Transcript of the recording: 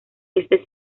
este